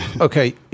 Okay